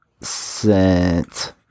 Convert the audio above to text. sent